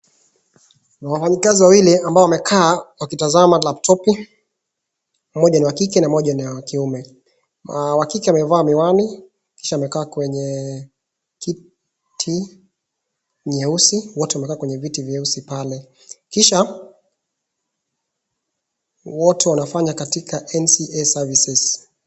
Wafanyakazi wawili ambao wamekaa wakitazama laptopi ,mmoja ni wakike mmoja ni wakiume. Wakike amevaa miwani kisha amekaa kwenye kiti nyeusi ,wote wamekaa kwenye viti nyeusi pale .Kisha wote wanafanya katika MCA SERVICES .